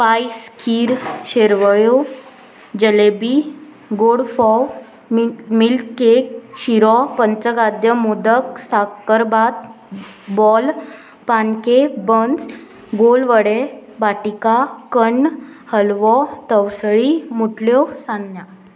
पायस खीर शिरवळ्यो जलेबी गोड फोव मि मिल्क केक शिरो पंचकाद्य मोदक साकरभात बॉल पान केक बन्स गोलवडे बातिका कण हलवो तवसळी मुटल्यो सान्नां